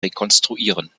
rekonstruieren